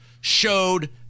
showed